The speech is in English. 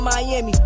Miami